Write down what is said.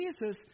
Jesus